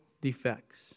defects